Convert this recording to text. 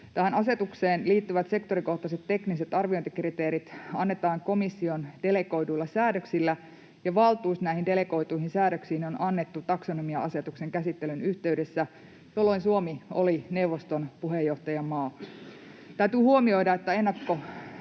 Tähän asetukseen liittyvät sektorikohtaiset tekniset arviointikriteerit annetaan komission delegoiduilla säädöksillä, ja valtuus näihin delegoituihin säädöksiin on annettu taksonomia-asetuksen käsittelyn yhteydessä, jolloin Suomi oli neuvoston puheenjohtajamaa. Täytyy huomioida